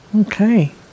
Okay